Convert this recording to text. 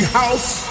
house